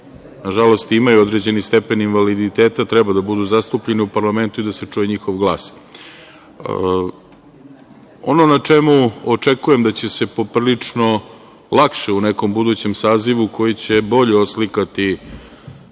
nažalost imaju određeni stepen invaliditeta treba da budu zastupljeni u parlamentu i da se čuje njihov glas. Ono na čemu očekujem da će se poprilično lakše u nekom budućem sazivu, koji će bolje oslikati